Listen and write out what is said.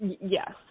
Yes